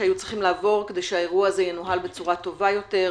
שהיו צריכים לעבור כדי שהאירוע הזה ינוהל בצורה טובה יותר,